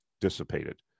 dissipated